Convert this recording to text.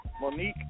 Monique